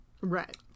right